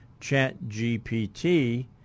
ChatGPT